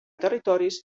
territoris